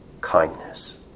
kindness